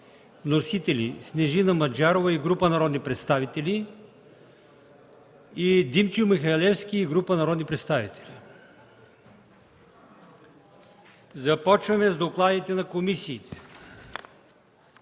Вносители са: Снежина Маджарова и група народни представители и Димчо Михалевски и група народни представители. Започваме с докладите на комисиите.